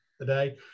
today